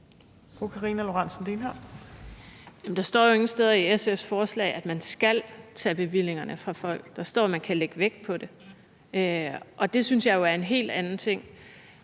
der står jo ingen steder i SF's forslag, at man skal tage bevillingerne fra folk. Der står, at man kan lægge vægt på det. Det synes jeg jo er en helt anden ting.